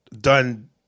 done